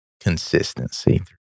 consistency